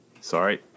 sorry –